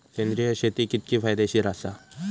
सेंद्रिय शेती कितकी फायदेशीर आसा?